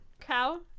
Cow